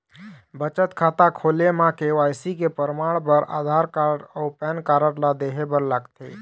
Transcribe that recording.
बचत खाता खोले म के.वाइ.सी के परमाण बर आधार कार्ड अउ पैन कार्ड ला देहे बर लागथे